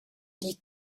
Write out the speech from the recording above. dir